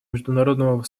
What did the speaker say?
международного